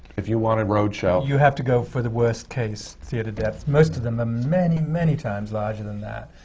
if you want a road show you have to go for the worst-case theatre depth. most of them are ah many, many times larger than that.